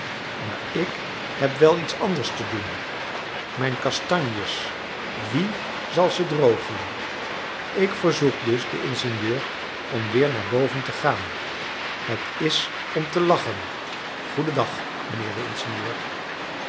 maar ik heb wel iets anders te doen mijn kastanjes wie zal ze drogen ik verzoek dus den ingenieur om weer naar boven te gaan het is om te lachen goedendag mijnheer de ingenieur